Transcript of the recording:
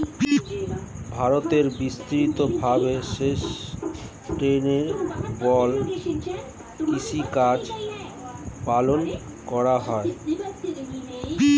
ভারতে বিস্তারিত ভাবে সাসটেইনেবল কৃষিকাজ পালন করা হয়